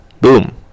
Boom